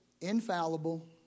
infallible